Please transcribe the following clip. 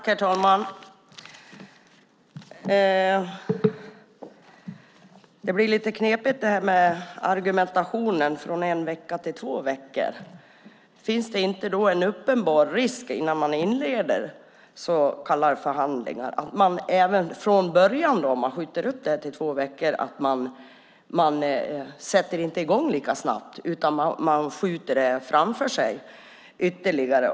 Herr talman! Det blir lite knepigt med argumentationen för en förlängning från en vecka till två veckor. Finns det inte, om det förlängs till två veckor, en uppenbar risk att man inte sätter i gång lika snabbt när man ska inleda så kallade förhandlingar utan skjuter det framför sig ytterligare?